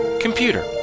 Computer